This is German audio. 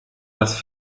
das